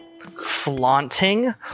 flaunting